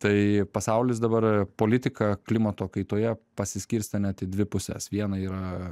tai pasaulis dabar politiką klimato kaitoje pasiskirstė net dvi puses viena yra